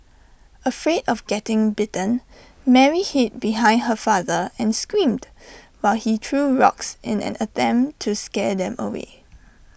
afraid of getting bitten Mary hid behind her father and screamed while he threw rocks in an attempt to scare them away